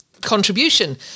contribution